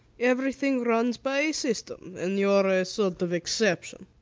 everything runs by system, and you're a sort of exception.